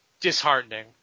disheartening